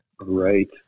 Right